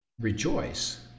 rejoice